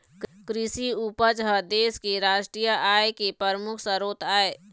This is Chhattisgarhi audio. कृषि उपज ह देश के रास्टीय आय के परमुख सरोत आय